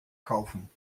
kaufen